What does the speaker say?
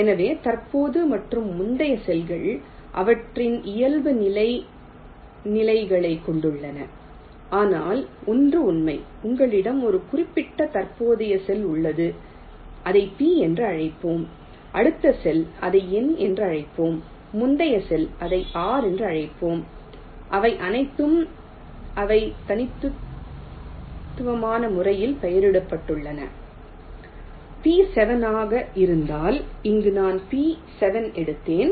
எனவே தற்போது மற்றும் முந்தைய செல்கள் அவற்றில் இயல்புநிலை நிலைகளைக் கொண்டுள்ளன ஆனால் ஒன்று உண்மை உங்களிடம் ஒரு குறிப்பிட்ட தற்போதைய செல் உள்ளது அதை P என்று அழைப்போம் அடுத்த செல் அதை N என்று அழைப்போம் முந்தைய செல் அதை R என்று அழைப்போம் அவை அனைத்தும் அவை தனித்துவமான முறையில் பெயரிடப்பட்டுள்ளன P 7 ஆக இருந்தால் இங்கு நான் P 7 எடுத்தேன்